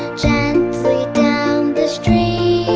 gently down the stream